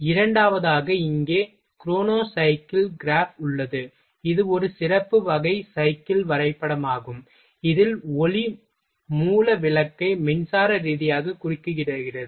இரண்டாவதாக இங்கே chronocycle graph உள்ளது இது ஒரு சிறப்பு வகை சைக்கிள் வரைபடமாகும் இதில் ஒளி மூல விளக்கை மின்சார ரீதியாக குறுக்கிடுகிறது